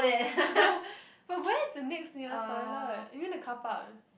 but where is the next nearest toilet you mean the carpark